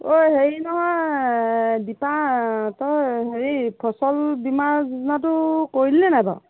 অ'ই হেৰি নহয় দীপা তই হেৰি ফচল বীমাৰ যোজনাটো কৰিলিনে নাই বাৰু